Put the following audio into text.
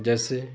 जैसे